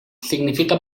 significa